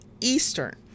Eastern